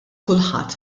kulħadd